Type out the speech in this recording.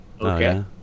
Okay